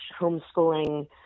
homeschooling